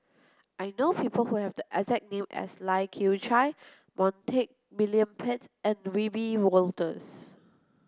I know people who have the exact name as Lai Kew Chai Montague William Pett and Wiebe Wolters